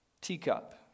teacup